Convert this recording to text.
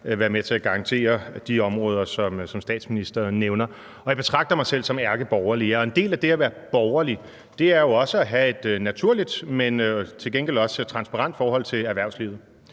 være med til at garantere de områder, som statsministeren nævner. Jeg betragter mig selv som ærkeborgerlig, og en del af det at være borgerlig er jo også at have et naturligt, men til gengæld også transparent forhold til erhvervslivet.